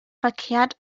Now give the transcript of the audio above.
verkehrt